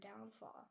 downfall